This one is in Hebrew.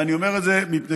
אני אומר את זה, מפני